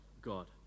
God